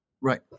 Right